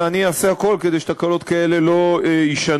ואני אעשה הכול כדי שתקלות כאלה לא יישנו.